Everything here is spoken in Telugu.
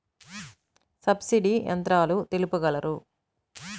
సబ్సిడీ యంత్రాలు తెలుపగలరు?